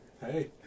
hey